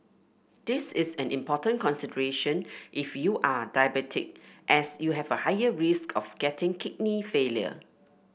this is an important consideration if you are diabetic as you have a higher risk of getting kidney failure